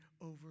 over